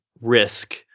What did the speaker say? risk